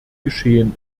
geschehen